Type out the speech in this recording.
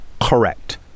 Correct